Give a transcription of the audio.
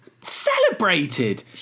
Celebrated